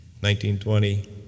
1920